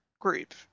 group